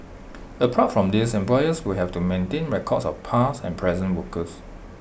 apart from these employers will have to maintain records of all past and present workers